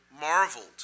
marveled